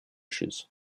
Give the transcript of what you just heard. issues